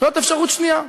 זאת אפשרות שנייה.